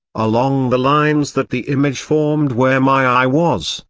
along the lines that the image formed where my eye was,